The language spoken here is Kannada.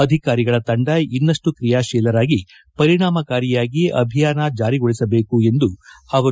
ಅಧಿಕಾರಿಗಳ ತಂಡ ಇನ್ನಷ್ಟು ತ್ರಿಯಾಶೀಲರಾಗಿ ಪರಿಣಾಮಕಾರಿಯಾಗಿ ಅಭಿಯಾನ ಜಾರಿಗೊಳಿಸಬೇಕು ಎಂದರು